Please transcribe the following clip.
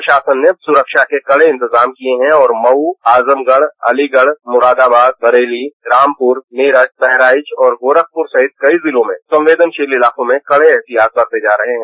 प्रशासन ने सुरक्षा के कड़े इंतेजाम किए है और मऊ आजमगढ़ अलीगढ़ मुरादाबाद बरेली रामपुर मेरठ बहराइच और गोरखपुर सहित कई जिलों में संवेदनशील इलाकों में कड़े एहतियात बरते जा रहे हैं